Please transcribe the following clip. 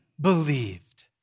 believed